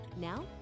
Now